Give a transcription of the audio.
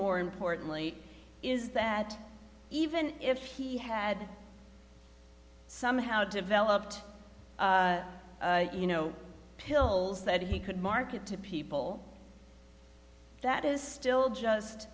more importantly is that even if he had somehow developed you know pills that he could market to people that is still just